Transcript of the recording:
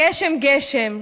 גשם גשם.